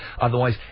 Otherwise